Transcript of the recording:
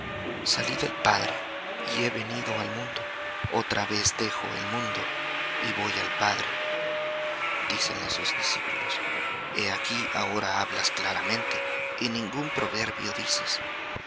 salí del padre y he venido al mundo otra vez dejo el mundo y voy al padre dícenle sus discípulos he aquí ahora hablas claramente y ningún proverbio dices